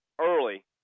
early